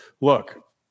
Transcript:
look